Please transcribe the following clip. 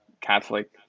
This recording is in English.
catholic